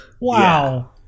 Wow